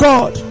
God